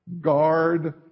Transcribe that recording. guard